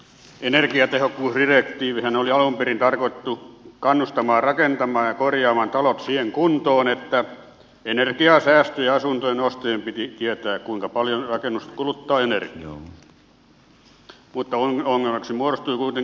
energiatehokkuusdirektiivihän oli alun perin tarkoitettu kannustamaan rakentamaan ja korjaamaan talot siihen kuntoon että energiaa säästyy ja asuntojen ostajien piti tietää kuinka paljon rakennus kuluttaa energiaa mutta ongelmaksi muodostuivat kuitenkin sekavat kertoimet